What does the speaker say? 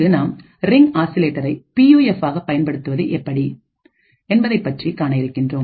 இந்த நாம் ரிங் ஆசிலேட்டரை பியூஎஃப்ஆகபயன்படுத்துவது எப்படி என்பதைப் பற்றி காண இருக்கின்றோம்